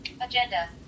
Agenda